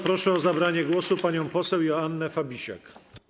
Proszę o zabranie głosu panią poseł Joannę Fabisiak.